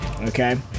Okay